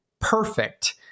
perfect